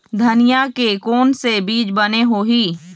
धनिया के कोन से बीज बने होही?